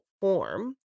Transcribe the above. form